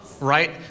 right